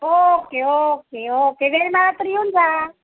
okay okay okay वेळ मिळाला तर येऊन जा